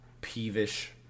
peevish